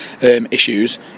issues